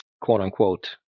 quote-unquote